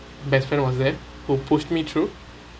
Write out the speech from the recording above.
best friend was that who pushed me through